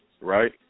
right